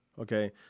Okay